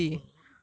!huh!